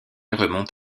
remontent